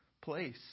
place